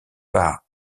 par